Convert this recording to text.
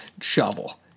shovel